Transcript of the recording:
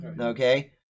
okay